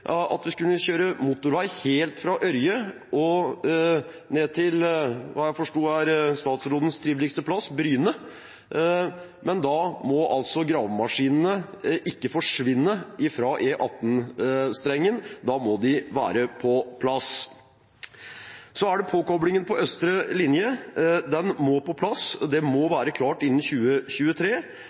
at vi skulle kjøre motorvei helt fra Ørje og ned til det jeg forsto er statsrådens triveligste plass, Bryne. Men da må gravemaskinene ikke forsvinne fra E18-strengen, da må de være på plass. Så gjelder det påkoblingen på Østre linje. Den må på plass, det må være klart innen 2023,